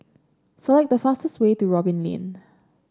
select the fastest way to Robin Lane